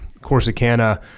Corsicana